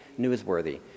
newsworthy